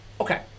Okay